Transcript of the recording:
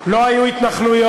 לא היו התנחלויות,